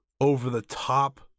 over-the-top